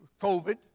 COVID